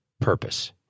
purpose